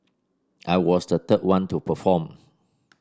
I was the third one to perform